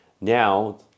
Now